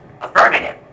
Affirmative